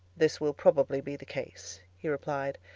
this will probably be the case, he replied